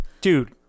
Dude